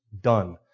done